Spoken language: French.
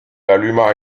alluma